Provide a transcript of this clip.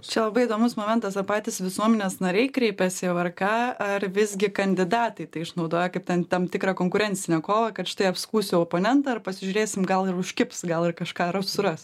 čia labai įdomus momentas ar patys visuomenės nariai kreipiasi vrk ar visgi kandidatai tai išnaudoja kaip ten tam tikrą konkurencinę kovą kad štai apskųsiu oponentą ir pasižiūrėsim gal ir užkibs gal ir kažką ras suras